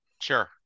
Sure